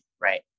Right